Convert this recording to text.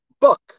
book